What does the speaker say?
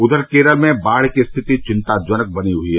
उघर केरल में बाढ़ की स्थिति चिंताजनक बनी हई है